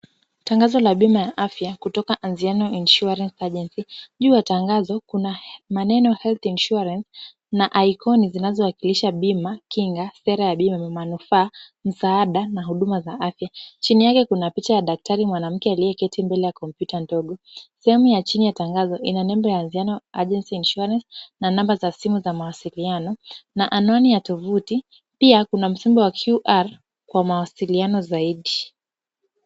Tangazo la bima ya afya kutoka Anziano Insurance Agency .Juu ya tangazo kuna maneno "health insurance" na ikoni zinazowakilisha bima, kinga, sera adimu, manufaa, msaada na huduma za afya. Chini yake kuna picha ya daktari aliyeketi mbele ya kompyuta ndogo. Sehemu ya chini ya tangazo ina nembo ya Anziano Agency Insurance na namba za simu za mawasiliano na anwani ya tovuti. Pia kuna msimbo wa QR kwa mawasiliano zaidi.